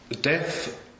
death